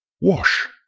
wash